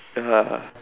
ya